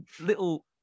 little